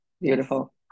beautiful